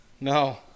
No